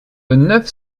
neuf